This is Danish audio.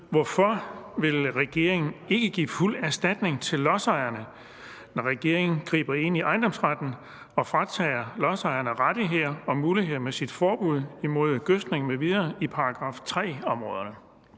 Hvorfor vil regeringen ikke give fuld erstatning til lodsejerne, når regeringen griber ind i ejendomsretten og fratager lodsejerne rettigheder og muligheder med sit forbud mod gødskning m.v. i § 3-områderne?